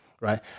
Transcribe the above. right